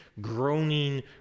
groaning